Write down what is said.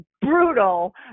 brutal